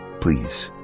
Please